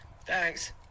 Thanks